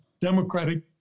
Democratic